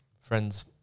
friends